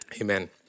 Amen